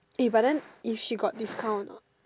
eh but then if she got discount or not